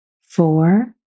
four